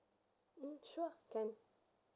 mm sure can